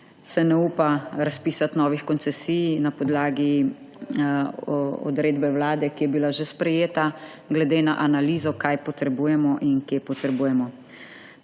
se ne upa razpisati novih koncesij na podlagi odredbe vlade, ki je bila že sprejeta glede na analizo kaj potrebujemo in kje potrebujemo.